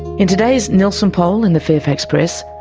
in today's nielsen poll in the fairfax press,